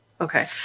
Okay